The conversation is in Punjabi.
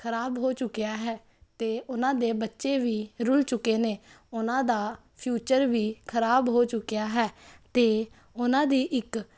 ਖਰਾਬ ਹੋ ਚੁੱਕਿਆ ਹੈ ਅਤੇ ਉਹਨਾਂ ਦੇ ਬੱਚੇ ਵੀ ਰੁਲ ਚੁੱਕੇ ਨੇ ਉਹਨਾਂ ਦਾ ਫਿਊਚਰ ਵੀ ਖਰਾਬ ਹੋ ਚੁੱਕਿਆ ਹੈ ਅਤੇ ਉਹਨਾਂ ਦੀ ਇੱਕ